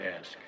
ask